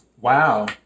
Wow